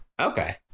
Okay